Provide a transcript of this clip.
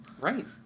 Right